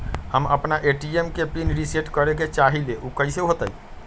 हम अपना ए.टी.एम के पिन रिसेट करे के चाहईले उ कईसे होतई?